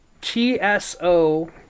t-s-o